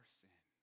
sin